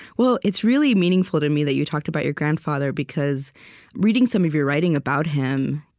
well, it's really meaningful to me that you talked about your grandfather, because reading some of your writing about him,